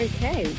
Okay